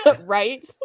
right